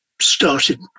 started